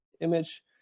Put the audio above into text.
image